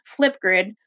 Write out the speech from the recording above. Flipgrid